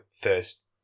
first